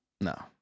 no